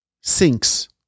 sinks